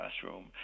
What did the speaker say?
classroom